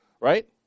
right